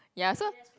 ya so